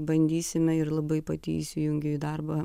bandysime ir labai pati įsijungiu į darbą